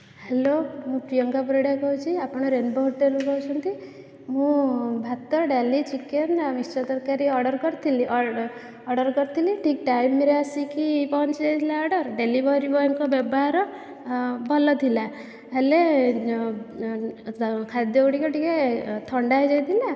hello ମୁଁ ପ୍ରିୟଙ୍କା ପରିଡ଼ା କହୁଛି ଆପଣ ରେନବୋ ହୋଟେଲରୁ କହୁଛନ୍ତି ମୁଁ ଭାତ ଡାଲି ଚିକେନ ଆଉ ମିକଶ୍ଚର ତରକାରୀ ଅର୍ଡର କରିଥିଲି ଅର୍ଡର କରିଥିଲି ଠିକ୍ ଟାଇମରେ ଆସିକି ପହଞ୍ଚିଯାଇଥିଲା ଅର୍ଡର ଡେଲିଭେରୀ ବୟଙ୍କ ବ୍ୟବହାର ଭଲ ଥିଲା ହେଲେ ଖାଦ୍ୟଗୁଡ଼ିକ ଟିକେ ଥଣ୍ଡା ହୋଇଯାଇଥିଲା